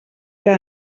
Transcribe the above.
que